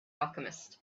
alchemist